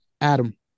Adam